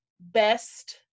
best